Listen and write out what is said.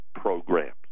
programs